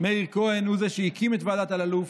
מאיר כהן הוא זה שהקים את ועדת אלאלוף.